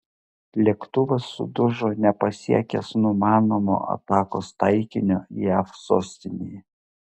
lėktuvas sudužo nepasiekęs numanomo atakos taikinio jav sostinėje